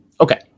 Okay